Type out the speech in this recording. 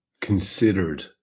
considered